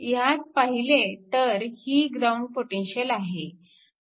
ह्यात पlहिले तर ही ग्राउंड पोटेन्शिअल आहे